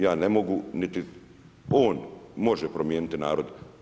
Ja ne mogu niti on može promijeniti narod.